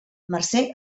mercè